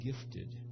gifted